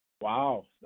wow